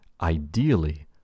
ideally